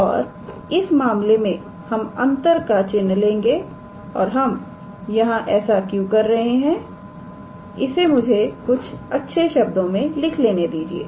और इस मामले में हम अंतर का चिन्ह लेंगे और हम यहां ऐसा क्यों कर रहे हैं इसे मुझे कुछ अच्छे शब्दों में लिख लेने दीजिए